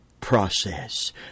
process